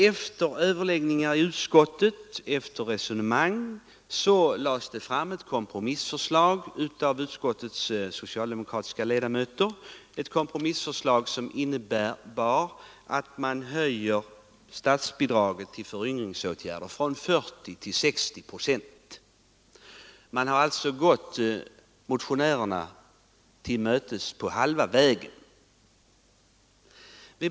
Efter överläggningar och resonemang i utskottet lade utskottets socialdemokratiska ledamöter fram ett kompromissförslag, som innebar att statsbidraget skulle utgå med 60 procent i stället för 40 procent av kostnaderna för sådana föryngringsåtgärder. Man har alltså gått motionärerna till mötes på halva vägen.